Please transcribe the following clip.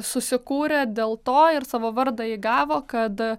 susikūrė dėl to ir savo vardą įgavo kad